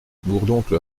bourdoncle